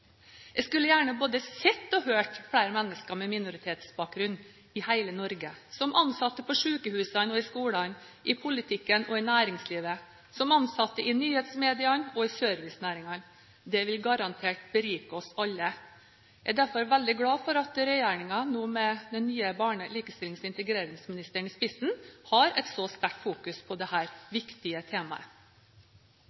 Jeg skulle gjerne både sett og hørt flere mennesker med minoritetsbakgrunn i hele Norge – som ansatte på sykehusene og i skolene, i politikken og i næringslivet, som ansatte i nyhetsmediene og i servicenæringene. Det vil garantert berike oss alle. Jeg er derfor veldig glad for at regjeringen nå med den nye barne-, likestillings- og integreringsministeren i spissen har et så sterkt fokus på